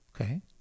Okay